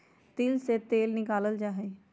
तिल से तेल निकाल्ल जाहई